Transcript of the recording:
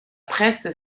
presse